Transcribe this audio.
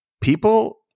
people